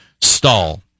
stall